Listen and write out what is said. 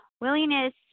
Willingness